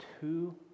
two